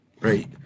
right